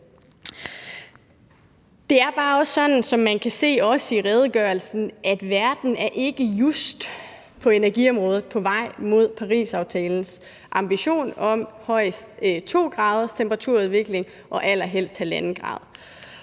at verden på energiområdet ikke just er på vej mod Parisaftalens ambition om højst 2 graders temperaturudvikling og allerhelst 1½ grad.